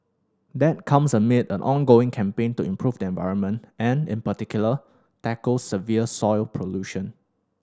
that comes amid an ongoing campaign to improve the environment and in particular tackle severe soil pollution